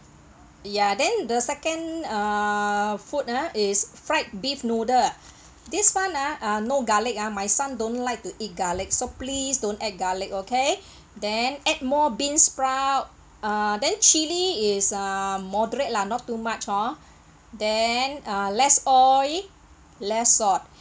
ya then the second err food ah is fried beef noodle this [one] ah uh no garlic ah my son don't like to eat garlic so please don't add garlic okay then add more bean sprout uh then chili is err moderate lah not too much hor then uh less oil less salt